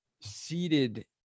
seated